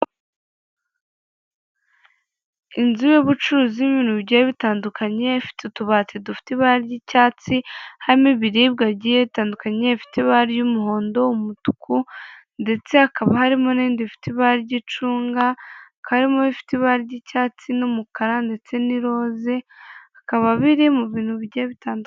Inzu y'ubucuruzi irimo ibintu bigiye bitandukanye, ifite utubati dufite ibara ry'icyatsi, harimo ibiribwa bigiye bitandukanye bifite ibara ry'umuhondo, umutuku ndetse hakaba harimo n'ibindi bifite ibara ry'icunga, hakaba harimo ibifite ibara ry'icyatsi n'umukara ndetse n'iroze, bikaba biri mu bintu bigiye bitandukanye.